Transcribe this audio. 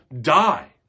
die